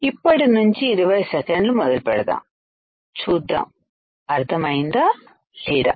ఇప్పటి నుంచి ఇరవై సెకండ్లు మొదలుపెడదాం చూద్దాం అర్థం అయిందా లేదా